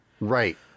Right